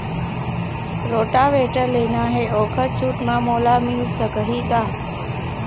Rotavator लेना हे ओहर छूट म मोला मिल सकही का?